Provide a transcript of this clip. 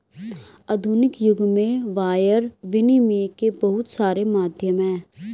आधुनिक युग में वायर विनियम के बहुत सारे माध्यम हैं